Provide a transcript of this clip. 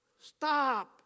Stop